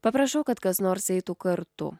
paprašau kad kas nors eitų kartu